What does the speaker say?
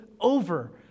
over